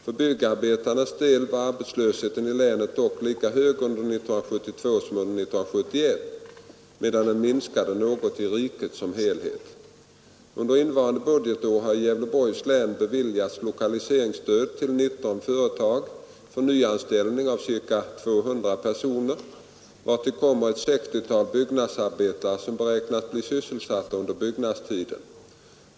För byggnadsarbetarnas del var arbetslösheten i länet dock lika hög under 1972 som under 1971, medan den minskat något i riket som helhet. Under innevarande budgetår har i Gävleborgs län beviljats lokaliseringsstöd till 19 företag för nyanställning av ca 200 personer, vartill kommer ett 60-tal byggnadsarbetare som beräknas bli sysselsatta under uppbyggnadstiden.